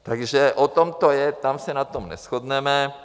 Takže o tom to je, tam se na tom neshodneme.